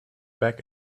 back